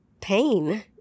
pain